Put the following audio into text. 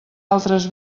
altres